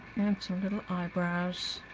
and some little eyebrows